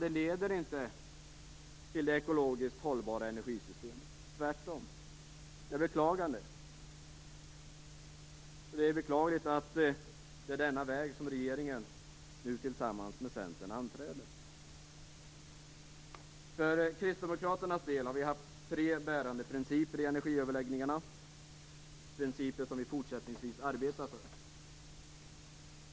Detta leder inte till det ekologiskt hållbara energisystemet - tvärtom. Jag beklagar att det är denna väg som regeringen nu tillsammans med Kristdemokraterna har haft tre bärande principer i energiöverläggningarna, principer som vi fortsättningsvis arbetar för.